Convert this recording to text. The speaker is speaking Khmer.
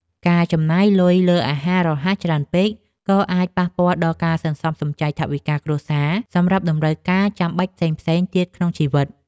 ការចំណាយលុយលើអាហាររហ័សច្រើនពេកក៏អាចប៉ះពាល់ដល់ការសន្សំសំចៃថវិកាគ្រួសារសម្រាប់តម្រូវការចាំបាច់ផ្សេងៗទៀតក្នុងជីវិត។